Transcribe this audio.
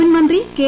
മുൻ മന്ത്രി കെ